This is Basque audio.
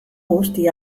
guzti